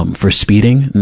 um for speeding.